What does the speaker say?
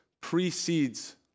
precedes